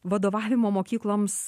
vadovavimo mokykloms